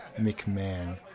McMahon